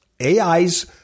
AI's